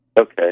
Okay